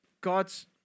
God's